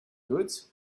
goods